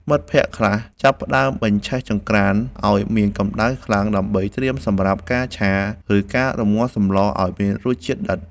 មិត្តភក្តិខ្លះចាប់ផ្ដើមបញ្ឆេះចង្ក្រានឱ្យមានកម្ដៅខ្លាំង ដើម្បីត្រៀមសម្រាប់ការឆា ឬការរំងាស់សម្លឱ្យមានរសជាតិដិត។